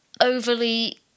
overly